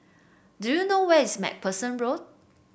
do you know where is MacPherson Road